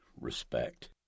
respect